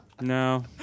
no